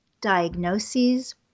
diagnoses